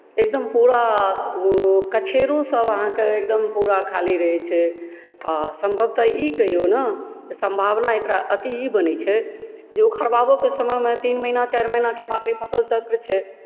एकदम पूरा ओ कछेरोसभ अहाँके एकदम पूरा खाली रहैत छै आओर सम्भवतः ई कहियौ ने जे सम्भावना एकरा अति ई बनैत छै जे उखड़बाको समयमे तीन महिना चारि महिनाके मात्र ई फसल चक्र छै